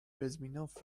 بزمینوف